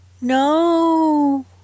No